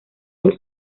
del